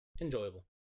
enjoyable